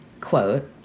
quote